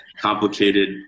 complicated